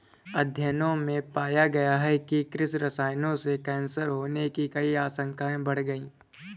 अध्ययनों में पाया गया है कि कृषि रसायनों से कैंसर होने की आशंकाएं बढ़ गई